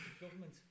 government